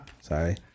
Sorry